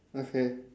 okay